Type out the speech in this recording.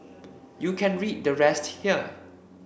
you can read the rest here